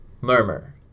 Murmur